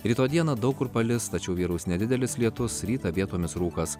rytoj dieną daug kur palis tačiau vyraus nedidelis lietus rytą vietomis rūkas